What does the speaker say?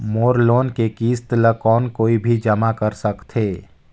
मोर loan के किस्त ल कौन कोई भी जमा कर सकथे?